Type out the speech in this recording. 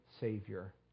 savior